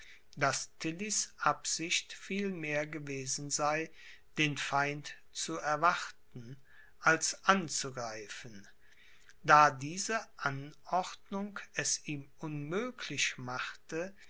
tillys absicht vielmehr gewesen sei den feind zu erwarten als anzugreifen da diese anordnung es ihm unmöglich machte